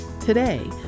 Today